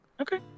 okay